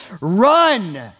Run